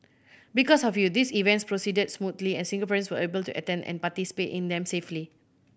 because of you these events proceeded smoothly and Singaporeans were able to attend and participate in them safely